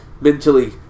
Mentally